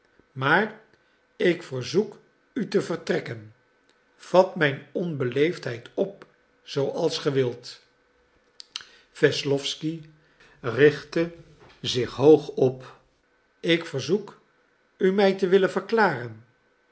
maar ik verzoek u te vertrekken vat mijn onbeleefdheid op zooals ge wilt wesslowsky richtte zich hoog op ik verzoek u mij te willen verklaren